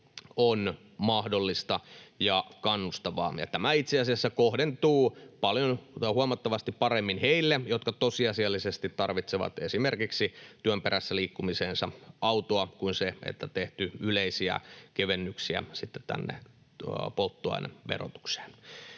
on mahdollista ja kannustavaa. Tämä itse asiassa kohdentuu heille, jotka tosiasiallisesti tarvitsevat esimerkiksi työn perässä liikkumiseensa autoa, huomattavasti paremmin kuin se, että on tehty yleisiä kevennyksiä tänne polttoaineverotukseen.